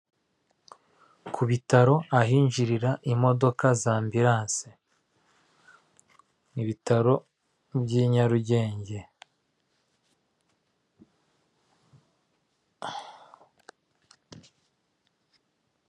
Ku bitaro ahinjirira imodoka za ambiranse, ibitaro by'i Nyarugenge.